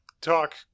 talk